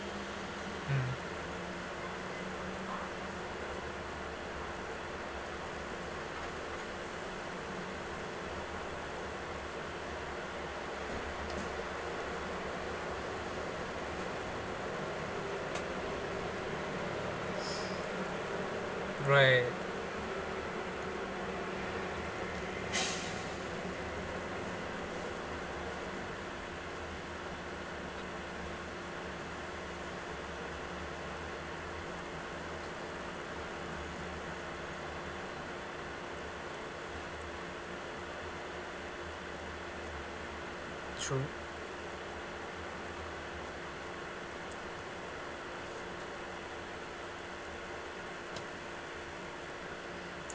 mm right true